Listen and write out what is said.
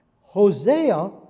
Hosea